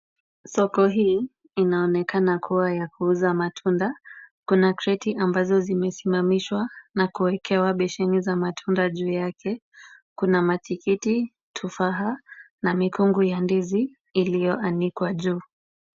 Soko hii inaonekana kuwa ya kuuza matunda. Kuna kreti ambazo zimesimamishwa na kuekewa besheni za matunda juu yake. Kuna matikiti, tufaha na mikungu ya ndizi iliyoanikwa juu.